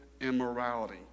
immorality